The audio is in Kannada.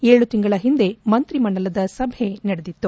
ಏಳು ತಿಂಗಳ ಹಿಂದೆ ಮಂತ್ರಿಮಂಡಲದ ಸಭೆ ನಡೆದಿತ್ತು